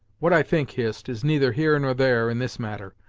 what i think, hist, is neither here nor there in this matter.